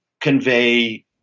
convey